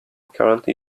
currently